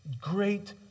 great